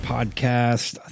Podcast